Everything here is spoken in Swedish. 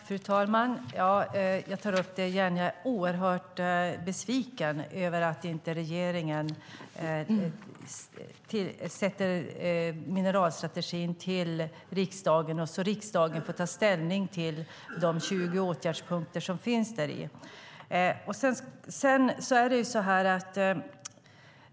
Fru talman! Jag tar upp det igen. Jag är oerhört besviken över att inte regeringen lämnar mineralstrategin till riksdagen så att riksdagen får ta ställning till de 20 åtgärdspunkter som finns däri.